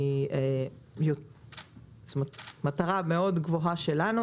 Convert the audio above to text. זו מטרה גבוהה שלנו.